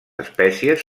espècies